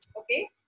Okay